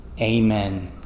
Amen